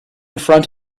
front